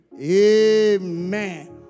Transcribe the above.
amen